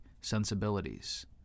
sensibilities